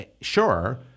sure